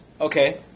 okay